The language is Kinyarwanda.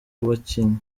bakinnyi